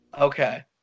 Okay